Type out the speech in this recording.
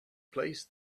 placed